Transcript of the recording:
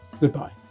Goodbye